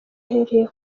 ahereye